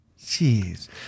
Jeez